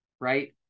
right